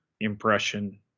impression